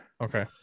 Okay